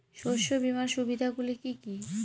শস্য বীমার সুবিধা গুলি কি কি?